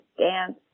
dance